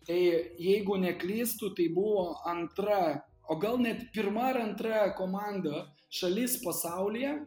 tai jeigu neklystu tai buvo antra o gal net pirma ar antra komanda šalis pasaulyje